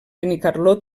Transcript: benicarló